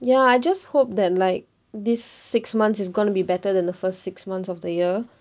ya I just hope that like these six months is going to be better than the first six months of the year